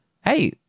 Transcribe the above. hey